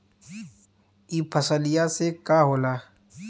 ई फसलिया से का होला?